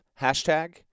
hashtag